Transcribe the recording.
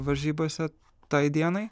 varžybose tai dienai